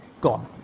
Gone